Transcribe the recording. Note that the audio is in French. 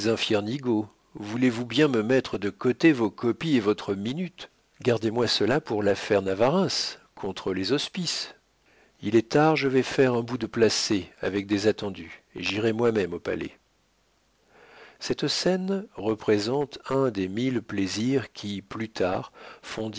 voulez-vous bien me mettre de côté vos copies et votre minute gardez-moi cela pour l'affaire navarreins contre les hospices il est tard je vais faire un bout de placet avec des attendu et j'irai moi-même au palais cette scène représente un des mille plaisirs qui plus tard